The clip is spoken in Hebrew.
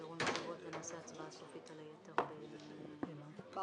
את ההצבעה היום.